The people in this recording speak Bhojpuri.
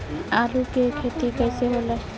आलू के खेती कैसे होला?